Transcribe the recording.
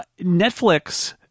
Netflix